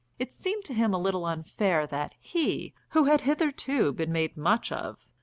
it seemed to him a little unfair that he, who had hitherto been made much of,